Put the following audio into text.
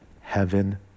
heaven